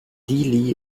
dili